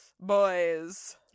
Boys